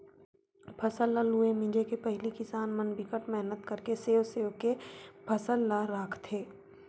फसल ल लूए मिजे के पहिली किसान मन बिकट मेहनत करके सेव सेव के फसल ल राखथे